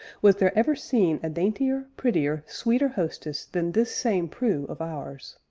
was there ever seen a daintier, prettier, sweeter hostess than this same prue of ours.